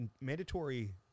mandatory